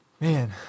Man